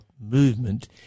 movement